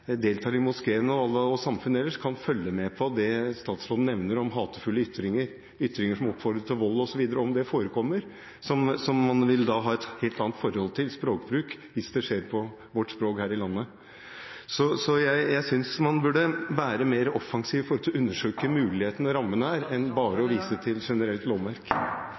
oppfordrer til vold, osv. Om det forekommer, vil man ha et helt annet forhold til språkbruken hvis det skjer på vårt eget språk. Jeg synes man burde være mer offensiv når det gjelder å undersøke mulighetene og rammene enn bare å vise til generelt